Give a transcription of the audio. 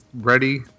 ready